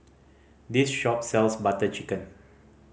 this shop sells Butter Chicken